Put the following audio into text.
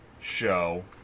show